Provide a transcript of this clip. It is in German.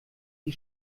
sie